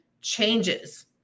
changes